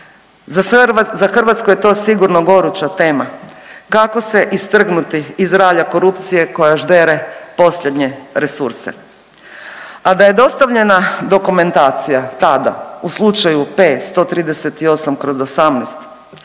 za Hrvatsku je to sigurno goruća tema, kako se istrgnuti iz ralja korupcije koja ždere posljednje resurse? A da je dostavljena dokumentacija tada u slučaju P-138/18